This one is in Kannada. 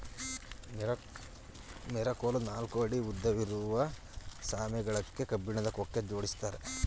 ಮೆರಕೋಲು ನಾಲ್ಕು ಅಡಿ ಉದ್ದವಿರುವ ಶಾಮೆ ಗಳಕ್ಕೆ ಕಬ್ಬಿಣದ ಕೊಕ್ಕೆ ಜೋಡಿಸಿರ್ತ್ತಾರೆ